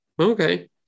Okay